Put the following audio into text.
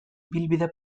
ibilbide